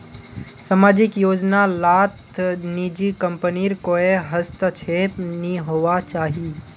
सामाजिक योजना लात निजी कम्पनीर कोए हस्तक्षेप नि होवा चाहि